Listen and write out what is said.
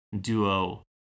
duo